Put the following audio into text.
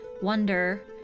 wonder